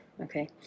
Okay